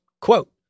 quote